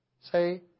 Say